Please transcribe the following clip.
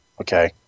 Okay